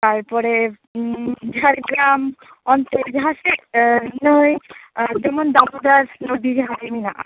ᱛᱟᱨᱯᱚᱨᱮ ᱡᱷᱟᱲᱜᱨᱟᱢ ᱚᱱᱛᱮ ᱡᱟᱦᱟᱸ ᱥᱮᱫ ᱱᱟ ᱭ ᱡᱮᱢᱚᱱ ᱡᱮᱢᱚᱱ ᱫᱟᱢᱳᱫᱚᱨ ᱱᱚᱫᱤ ᱦᱳᱭ ᱢᱮᱱᱟᱜᱼᱟ